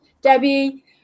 Debbie